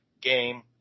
game